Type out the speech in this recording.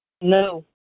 No